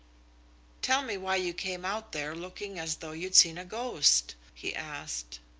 tell me why you came out there looking as though you'd seen a ghost? he asked.